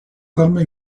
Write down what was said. parma